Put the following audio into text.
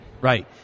Right